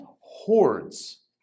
hordes